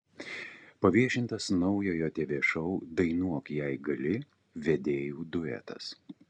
paviešintas naujojo tv šou dainuok jei gali vedėjų duetas